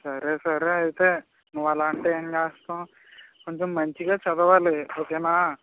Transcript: సరే సరే అయితే నువ్వు అలా అంటే ఏం చేస్తాము కొంచెం మంచిగా చదవాలి ఓకేనా